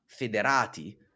federati